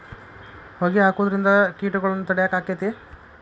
ಹೊಗಿ ಹಾಕುದ್ರಿಂದ ಕೇಟಗೊಳ್ನ ತಡಿಯಾಕ ಆಕ್ಕೆತಿ?